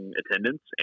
attendance